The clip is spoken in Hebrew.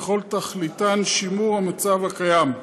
וכל תכליתן שימור המצב הקיים.